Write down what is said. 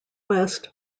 west